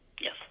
Yes